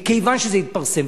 מכיוון שזה התפרסם,